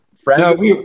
friends